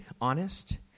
honest